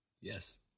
yes